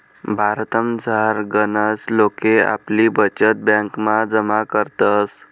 भारतमझार गनच लोके आपली बचत ब्यांकमा जमा करतस